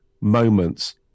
moments